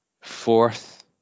Fourth